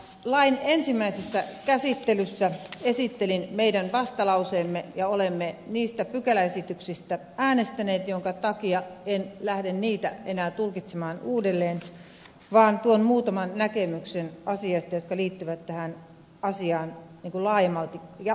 lain ensimmäisessä käsittelyssä esittelin meidän vastalauseemme ja olemme niistä pykäläesityksistä äänestäneet minkä takia en lähde niitä enää tulkitsemaan uudelleen vaan tuon asiasta esiin muutaman näkemyksen jotka liittyvät tähän asiaan laajempana kokonaisuutena